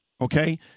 Okay